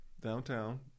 downtown